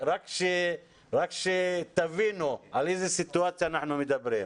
רק שתבינו על איזה סיטואציה אנחנו מדברים.